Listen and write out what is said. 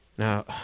Now